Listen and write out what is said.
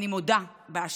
אני מודה באשמה.